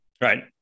Right